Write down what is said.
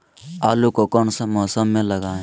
आलू को कौन सा मौसम में लगाए?